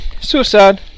suicide